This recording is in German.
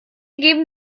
geben